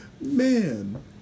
Man